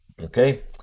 okay